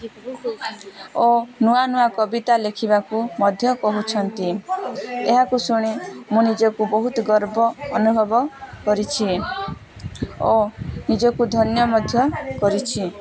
ଓ ନୂଆ ନୂଆ କବିତା ଲେଖିବାକୁ ମଧ୍ୟ କହୁଛନ୍ତି ଏହାକୁ ଶୁଣି ମୁଁ ନିଜକୁ ବହୁତ ଗର୍ବ ଅନୁଭବ କରିଛି ଓ ନିଜକୁ ଧନ୍ୟ ମଧ୍ୟ କରିଛି